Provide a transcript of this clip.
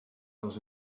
dans